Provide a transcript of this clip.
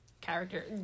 character